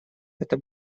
это